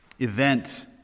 event